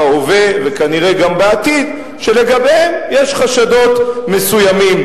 בהווה וכנראה גם בעתיד שלגביהם יש חשדות מסוימים,